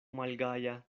malgaja